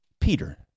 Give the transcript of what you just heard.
Peter